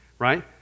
right